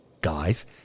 guys